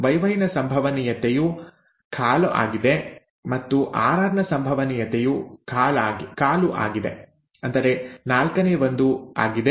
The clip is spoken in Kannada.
YYನ ಸಂಭವನೀಯತೆಯು ¼ ಆಗಿದೆ ಮತ್ತು RRನ ಸಂಭವನೀಯತೆಯು ¼ ಆಗಿದೆ ನಮಗೆ ತಿಳಿದಿದೆ